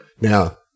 Now